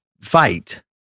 fight